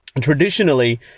traditionally